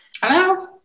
Hello